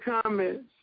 comments